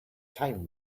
time